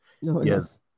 Yes